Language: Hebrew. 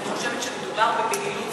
אני חושבת שמדובר בבהילות.